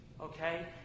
okay